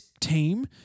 team